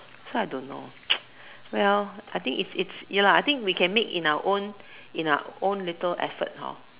so I don't know well I think it's it's ya lah I think we can make in our own in our own little effort hor